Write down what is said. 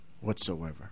Whatsoever